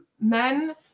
men